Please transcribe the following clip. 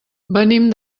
venim